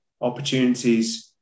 opportunities